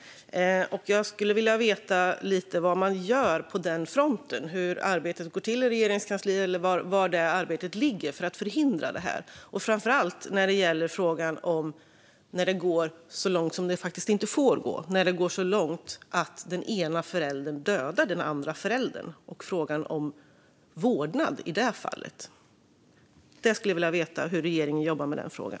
Jag skulle vilja veta vad man gör på den fronten för att förhindra våldet. Hur går arbetet till i Regeringskansliet? Det gäller framför allt när det går så långt som det inte får gå, att den ena föräldern dödar den andra föräldern och frågan om vårdnad. Hur jobbar regeringen med den frågan?